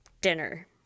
dinner